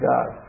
God